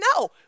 no